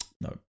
no